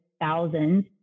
thousands